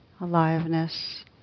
aliveness